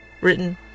written